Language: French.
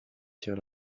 cyr